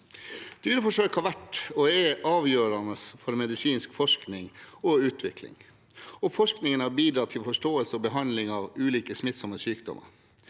Dyreforsøk har vært og er avgjørende for medisinsk forskning og utvikling, og forskningen har bidratt til forståelse og behandling av ulike smittsomme sykdommer.